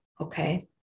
Okay